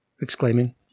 exclaiming